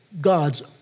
God's